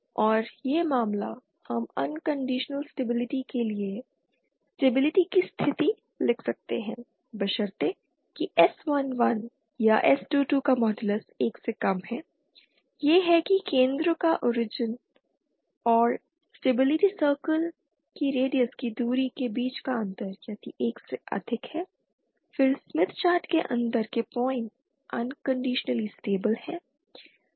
और यह मामला हम अनकंडीशनल स्टेबिलिटी के लिए स्टेबिलिटी की स्थिति लिख सकते हैं बशर्ते कि s11 या s22 का मॉडलस 1 से कम है यह है कि केंद्र का ओरिजिन और स्टेबिलिटी सर्किल की रेडियस की दूरी के बीच का अंतर यदि 1 से अधिक है फिर स्मिथ चार्ट के अंदर के पॉइंट्स अनकंडीशनली स्टेबिल हैं